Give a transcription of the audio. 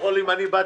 יכול יום אחד